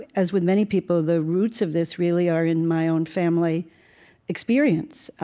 as with many people, the roots of this really are in my own family experience.